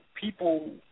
people